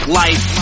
life